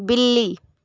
बिल्ली